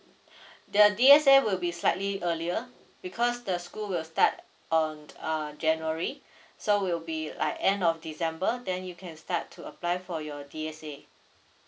the D_S_A will be slightly earlier because the school will start on uh january so will be like end of december then you can start to apply for your D_S_A